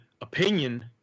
opinion